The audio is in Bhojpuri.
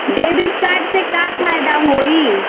डेबिट कार्ड से का फायदा होई?